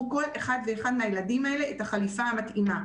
כל אחד ואחד מהילדים האלה את החליפה המתאימה.